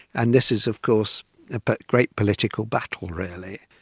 and this is of course a but great political battle really.